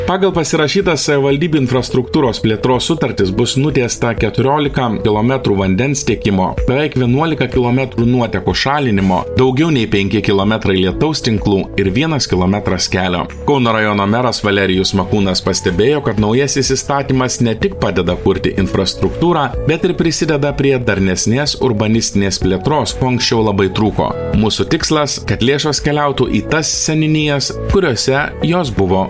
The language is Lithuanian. pagal pasirašytą savivaldybių infrastruktūros plėtros sutartis bus nutiesta keturiolika kilometrų vandens tiekimo beveik vienuolika kilometrų nuotekų šalinimo daugiau nei penki kilometrai lietaus tinklų ir vienas kilometras kelio kauno rajono meras valerijus makūnas pastebėjo kad naujasis įstatymas ne tik padeda kurti infrastruktūrą bet ir prisideda prie darnesnės urbanistinės plėtros onksčiau labai trūko mūsų tikslas kad lėšos keliautų į tas seniūnijas kuriose jos buvo